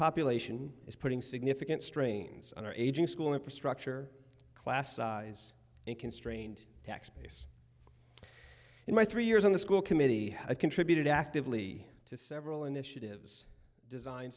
population is putting significant strains on our aging school infrastructure class size and constrained tax base in my three years on the school committee i contributed actively to several initiatives designed